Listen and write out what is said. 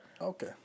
Okay